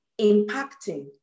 impacting